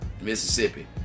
Mississippi